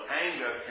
anger